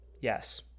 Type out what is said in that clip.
Yes